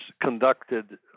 conducted